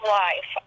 life